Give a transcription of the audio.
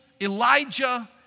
Elijah